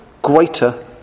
greater